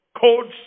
Codes